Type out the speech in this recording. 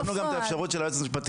רשמנו גם את האפשרות של היועצת המשפטית,